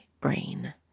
brain